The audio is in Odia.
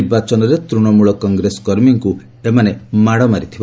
ନିର୍ବାଚନରେ ତୃଣମୂଳ କଂଗ୍ରେସ କର୍ମୀଙ୍କୁ ଏମାନେ ମାଡ଼ ମାରିଥିଲେ